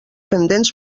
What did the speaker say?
pendents